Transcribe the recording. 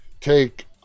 take